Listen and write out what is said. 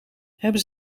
hebben